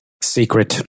secret